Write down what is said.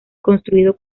construido